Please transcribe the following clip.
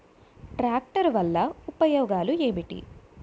Tractor వల్ల ఉపయోగాలు ఏంటీ?